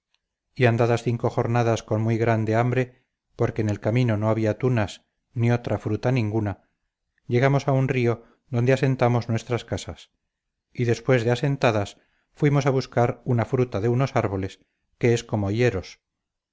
y andadas cinco jornadas con muy grande hambre porque en el camino no había tunas ni otra fruta ninguna llegamos a un río donde asentamos nuestras casas y después de asentadas fuimos a buscar una fruta de unos árboles que es como hieros